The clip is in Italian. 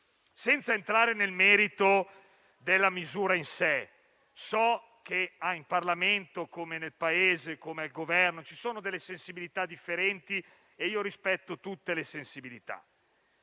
Senza entrare nel merito della misura in sé, so che in Parlamento come nel Paese, come nel Governo, ci sono delle sensibilità differenti e io le rispetto tutte. Ci